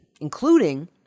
including